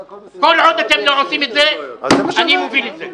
כל עוד אתם לא עושים את זה, אני מוביל את זה.